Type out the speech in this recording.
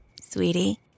Sweetie